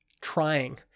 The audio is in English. trying